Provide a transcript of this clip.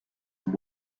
and